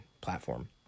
platform